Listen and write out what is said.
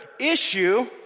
issue